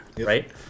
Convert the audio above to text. right